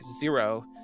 zero